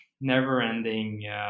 never-ending